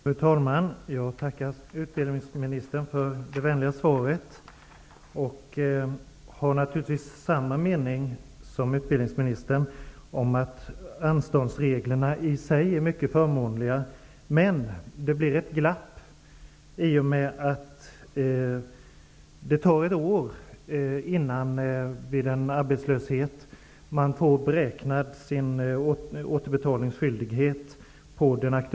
Allt fler har svårt att betala tillbaka sina studielån. De flesta som ber om uppskov är arbetslösa eller har fått ökad försörjningsbörda och har inte några pengar över till att betala studieskulderna med. Centrala studiestödsnämnden tar dock ingen hänsyn till att de som ska betala tillbaka har det svårt ekonomiskt. Nämnden räknar på tidigare inkomstår och struntar i hur de betalningsskyldiga har det i dag.